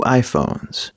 iPhones